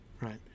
right